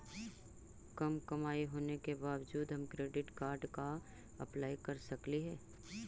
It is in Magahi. कम कमाई होने के बाबजूद हम क्रेडिट कार्ड ला अप्लाई कर सकली हे?